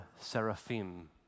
seraphim